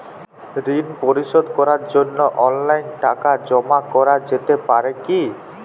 ঋন পরিশোধ করার জন্য অনলাইন টাকা জমা করা যেতে পারে কি?